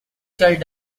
child